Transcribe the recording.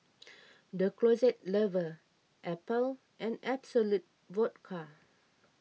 the Closet Lover Apple and Absolut Vodka